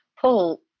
Paul